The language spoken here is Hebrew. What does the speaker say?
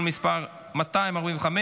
השקעות משותפות בנאמנות (קרן כספית וקרן מועדים